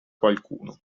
qualcuno